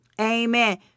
Amen